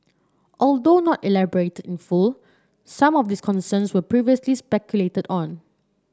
although not elaborated in full some of these concerns were previously speculated on